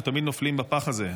אנחנו תמיד נופלים בפח הזה.